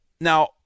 Now